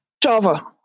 Java